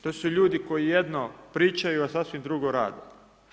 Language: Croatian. To su ljudi koji jedno pričaju, a sasvim drugo rade.